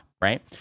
right